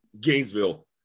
Gainesville